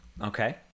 Okay